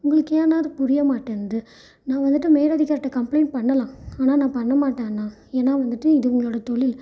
உங்களுக்கு ஏண்ணா அது புரிய மாட்டேன்து நான் வந்துவிட்டு மேல் அதிகாரிட்டே கம்ப்ளைண்ட் பண்ணலாம் ஆனால் நான் பண்ண மாட்டேன் அண்ணா ஏன்னா வந்துவிட்டு இது உங்களோடய தொழில்